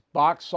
box